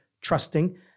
trusting